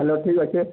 hello ଠିକ୍ ଅଛେ